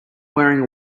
wearing